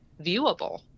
viewable